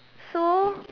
so